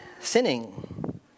sinning